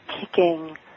kicking